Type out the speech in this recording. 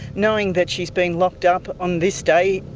knowing that she has been locked up on this day,